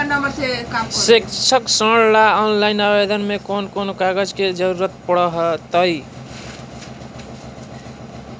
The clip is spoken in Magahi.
शैक्षिक ऋण ला ऑनलाइन आवेदन में कौन कौन कागज के ज़रूरत पड़तई?